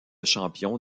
champion